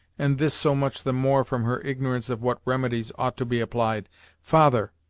and this so much the more from her ignorance of what remedies ought to be applied father,